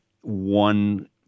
one